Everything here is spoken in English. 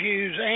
use